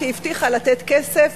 שהבטיחה לתת כסף,